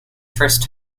first